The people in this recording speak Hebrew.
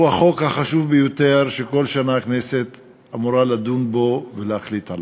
הוא החוק החשוב ביותר שכל שנה הכנסת אמורה לדון בו ולהחליט עליו.